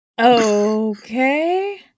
Okay